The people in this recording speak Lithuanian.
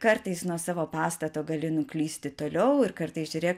kartais nuo savo pastato gali nuklysti toliau ir kartais žiūrėk